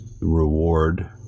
reward